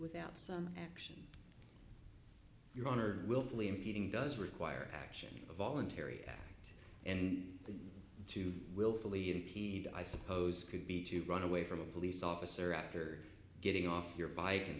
without some action your honor willfully impeding does require action a voluntary act and to willfully impede i suppose could be to run away from a police officer after getting off your bike and